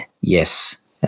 yes